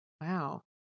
Wow